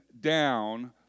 down